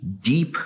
deep